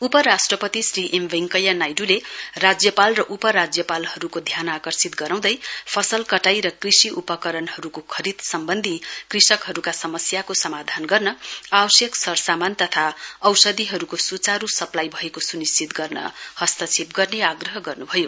उपराष्ट्रपति श्री एम वेंकैया नाइड्ले राज्यपाल र उपराज्यपालहरूको ध्यान आकर्षित गराउँदै फसल कटाई र कृषि उपकरणहरूको खरीद सम्बन्धी कृषकहरूका समस्याको समाधान गर्न आवश्यक सरसमान तथा औषधीहरूको सुचारू सप्लाई भएको सुनिश्चित गर्न हस्तक्षेप गर्ने आग्रह गर्न्भयो